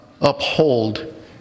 uphold